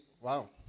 Wow